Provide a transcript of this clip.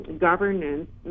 Governance